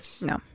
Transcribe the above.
No